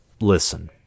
listen